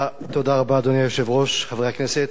אדוני היושב-ראש, תודה רבה, חברי הכנסת,